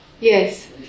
Yes